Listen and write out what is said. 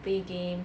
play game